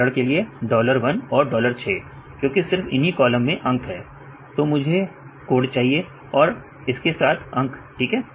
उदाहरण के लिए डॉलर 1 और डॉलर 6 क्योंकि सिर्फ इन्हीं कॉलम में अंक है तो मुझे कोड चाहिए और इसके साथ अंक ठीक है